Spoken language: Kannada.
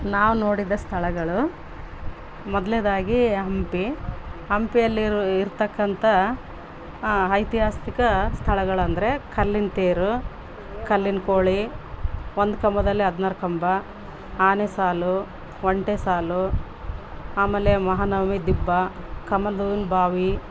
ನಾನು ನೋಡಿದ ಸ್ಥಳಗಳು ಮೊದ್ಲೆದಾಗಿ ಹಂಪಿ ಹಂಪಿಯಲ್ಲಿರುವ ಇರ್ತಕ್ಕಂಥ ಐತಿಹಾಸಿಕ ಸ್ಥಳಗಳಂದರೆ ಕಲ್ಲಿನ ತೇರು ಕಲ್ಲಿನ ಕೋಳಿ ಒಂದು ಕಂಬದಲ್ಲಿ ಹದಿನಾರು ಕಂಬ ಆನೆಸಾಲು ಒಂಟೆ ಸಾಲು ಆಮೇಲೆ ಮಹಾನವಮಿ ದಿಬ್ಬ ಕಮಲ್ದುವಿನ ಬಾವಿ